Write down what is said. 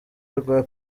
rwa